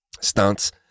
stance